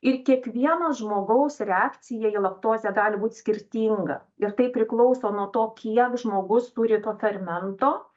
ir kiekvieno žmogaus reakcija į laktozę gali būt skirtinga ir tai priklauso nuo to kiek žmogus turi to fermento